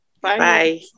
Bye